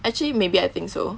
actually maybe I think so